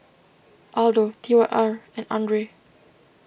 Aldo T Y R and Andre